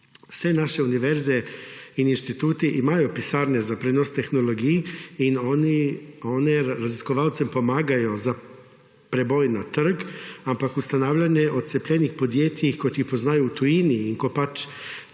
Vse naše univerze in inštituti imajo pisarne za prenos tehnologij in one raziskovalcem pomagajo za preboj na trg, ampak ustanavljanje odcepljenih podjetij, kot jih poznajo v tujini, in ko pač